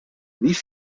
wie